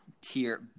tier